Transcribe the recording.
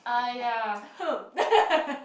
uh ya